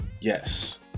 Yes